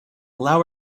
allow